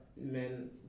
men